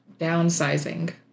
Downsizing